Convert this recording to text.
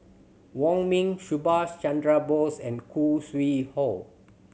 Wong Ming Subhas Chandra Bose and Khoo Sui Hoe